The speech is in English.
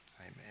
Amen